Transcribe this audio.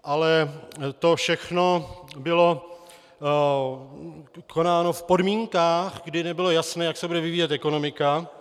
Ale to všechno bylo konáno v podmínkách, kdy nebylo jasné, jak se bude vyvíjet ekonomika.